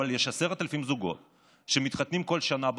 אבל יש 10,000 זוגות שמתחתנים כל שנה בחו"ל,